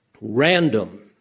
random